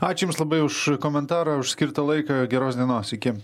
ačiū jums labai už komentarą už skirtą laiką geros dienos iki